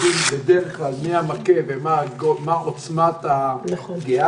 יודעים בדרך כלל מי המכה ומה עוצמת הפגיעה.